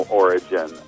origin